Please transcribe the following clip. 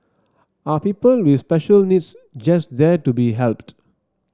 are people with special needs just there to be helped